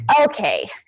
okay